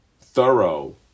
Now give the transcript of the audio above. thorough